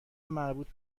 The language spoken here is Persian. مربوط